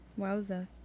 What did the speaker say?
Wowza